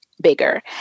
bigger